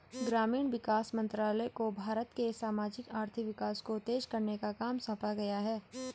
ग्रामीण विकास मंत्रालय को भारत के सामाजिक आर्थिक विकास को तेज करने का काम सौंपा गया है